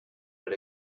but